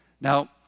Now